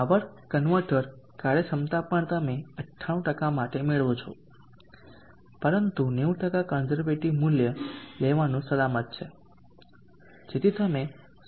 power converter કાર્યક્ષમતા પણ તમે 98 માટે મેળવો છો પરંતુ 90 કોન્ઝરવેટીવ મૂલ્ય લેવાનું સલામત છે જેથી તમે સુરક્ષિત બાજુ પર છો